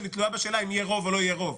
תלויה בשאלה אם יהיה רוב או לא יהיה רוב,